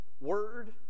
word